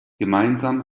gemeinsam